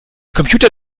computer